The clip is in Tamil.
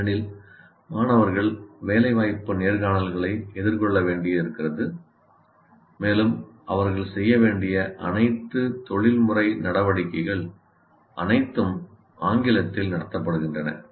ஏனெனில் மாணவர்கள் வேலை வாய்ப்பு நேர்காணல்களை எதிர்கொள்ள வேண்டியிருக்கிறது மேலும் அவர்கள் செய்ய வேண்டிய அனைத்து தொழில்முறை நடவடிக்கைகள் அனைத்தும் ஆங்கிலத்தில் நடத்தப்படுகின்றன